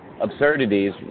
absurdities